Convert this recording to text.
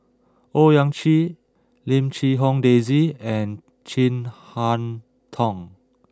Owyang Chi Lim Quee Hong Daisy and Chin Harn Tong